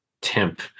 temp